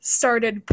started